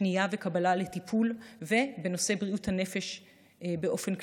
פנייה לטפילו וקבלתו בנושא בריאות הנפש באופן כללי.